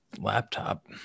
laptop